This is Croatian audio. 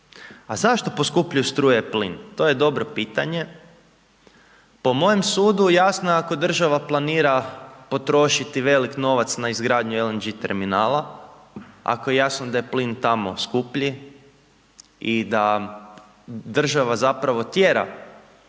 A zašto poskupljuju struja i plin? To je dobro pitanje, po mojem sudu jasno je ako država planira potrošiti veliki novac na izgradnju LNG terminala, ako je jasno da je plin tamo skuplji i da država zapravo tjera